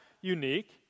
unique